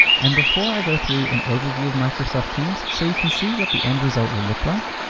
and before i go through an overview of microsoft teams, so you can see what the end result will look like.